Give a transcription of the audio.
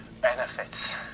benefits